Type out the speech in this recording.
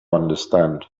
understand